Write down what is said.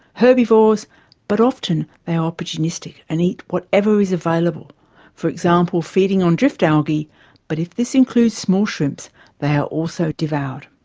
herbivores but often they are opportunistic and eat whatever is available for example feeding on drift algae but if this includes small shrimps they are also devoured.